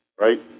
right